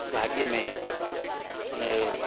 गाॾीअ में उनजो